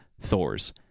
Thor's